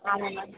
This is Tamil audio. ஆமாம் மேம்